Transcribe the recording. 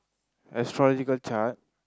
astrological chart